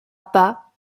pas